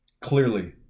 Clearly